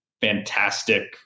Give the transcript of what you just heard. fantastic